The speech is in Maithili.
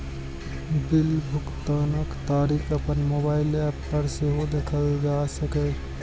बिल भुगतानक तारीख अपन मोबाइल एप पर सेहो देखल जा सकैए